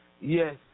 Yes